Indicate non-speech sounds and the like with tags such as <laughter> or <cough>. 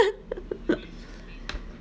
<laughs>